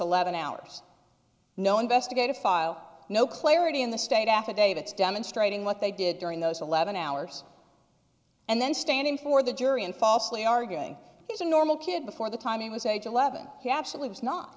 in ours no investigative file no clarity in the state affidavits demonstrating what they did during those eleven hours and then standing for the jury and falsely arguing he's a normal kid before the time he was age eleven he absolutely